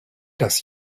das